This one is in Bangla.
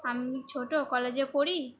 আমি ছোট কলেজে পড়ি